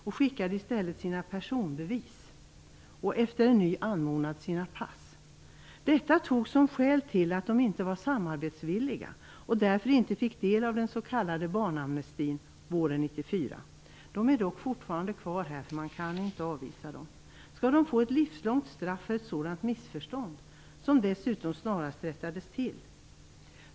De skickade i stället sina personbevis och efter en ny anmodan sina pass. Detta togs som skäl till att de inte var samarbetsvilliga och fick därför inte del av den s.k. barnamnestin våren 1994. De är dock fortfarande kvar här, för man kan inte avvisa dem. Skall de få ett livslångt straff för ett sådant missförstånd, som dessutom snarast rättades till?